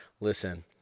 listen